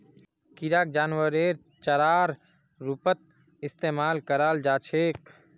किराक जानवरेर चारार रूपत इस्तमाल कराल जा छेक